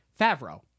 Favreau